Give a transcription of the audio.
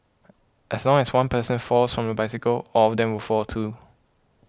as long as one person falls from the bicycle all of them will fall too